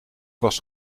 was